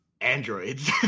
androids